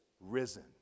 risen